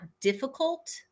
difficult